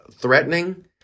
threatening